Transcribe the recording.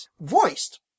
voiced